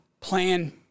plan